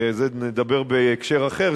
שעל זה נדבר בהקשר אחר,